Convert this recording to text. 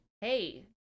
Hey